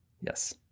yes